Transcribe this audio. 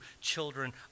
children